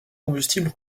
combustible